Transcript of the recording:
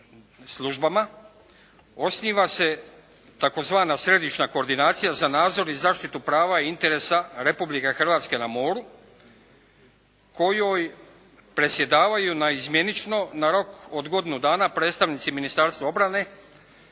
službama osniva se tzv. Središnja koordinacija za nadzor i zaštitu prava i interesa Republike Hrvatske na moru kojoj predsjedavaju naizmjenično na rok od godinu dana predstavnici Ministarstva obrane,